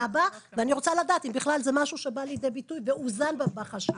ואני רוצה לדעת אם בכלל זה משהו שבא לידי ביטוי ואוזן בחשיבה?